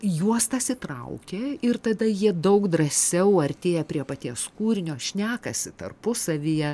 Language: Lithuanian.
juos tas įtraukia ir tada jie daug drąsiau artėja prie paties kūrinio šnekasi tarpusavyje